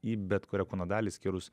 į bet kurią kūno dalį išskyrus